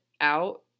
out